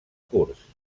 curts